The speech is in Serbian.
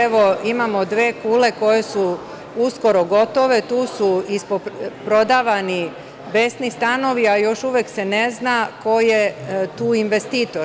Evo, imamo dve kule koje su uskoro gotove, a tu su isprodavani besni stanovi, a još uvek se ne zna ko je tu investitor.